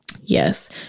Yes